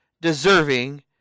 deserving